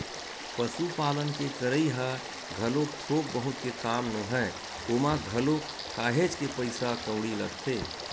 पसुपालन के करई ह घलोक थोक बहुत के काम नोहय ओमा घलोक काहेच के पइसा कउड़ी लगथे